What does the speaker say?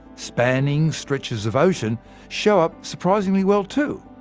spanning stretches of ocean show up surprisingly well too.